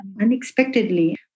unexpectedly